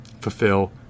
fulfill